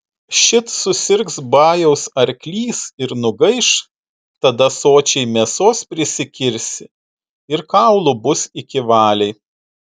šit susirgs bajaus arklys ir nugaiš tada sočiai mėsos prisikirsi ir kaulų bus iki valiai